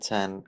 Ten